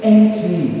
Empty